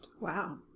Wow